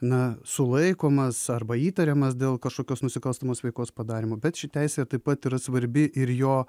na sulaikomas arba įtariamas dėl kažkokios nusikalstamos veikos padarymo bet ši teisė taip pat yra svarbi ir jo